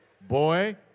Boy